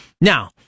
Now